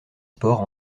sports